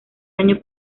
año